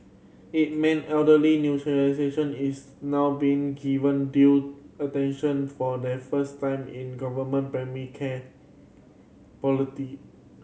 it mean elderly is now being given due attention for the first time in government primary care